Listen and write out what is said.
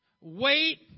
Wait